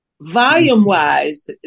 Volume-wise